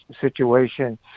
situation